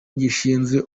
gishinzwe